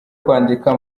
kwandika